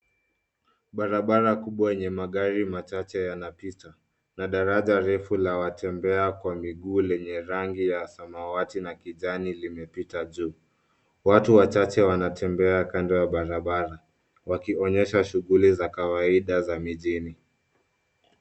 Barabara kubwa yenye magari machache yanapita na daraja refu la watembea kwa miguu lenye rangi ya samawati na kijani limepita juu. Watu wachache wanatembea kando ya barabara, wakionyesha shughuli za kawaida za mijini.